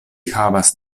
havas